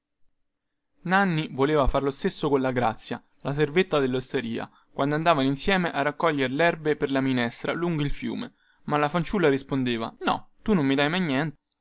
nanni voleva far lo stesso colla grazia la servetta dellosteria quando andavano insieme a raccoglier lerbe per la minestra lungo il fiume ma la fanciulla rispondeva no tu non mi dai mai niente